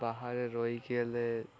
ବାହାରେ ରହିକି ହେଲେ